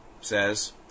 says